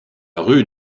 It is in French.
rue